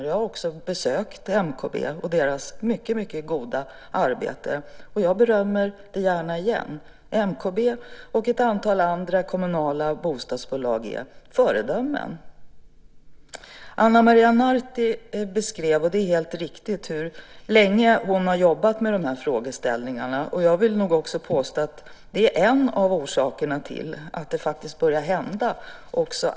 Jag har också besökt MKB och sett deras mycket goda arbete. Jag berömmer det gärna igen. MKB och ett antal andra kommunala bostadsbolag är föredömen. Ana Maria Narti beskrev hur länge hon har jobbat med de här frågeställningarna. Jag vill nog också påstå att det är en av orsakerna till att det också börjar hända alltmer.